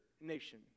nation